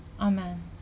amen